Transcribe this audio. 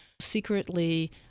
secretly